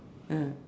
ah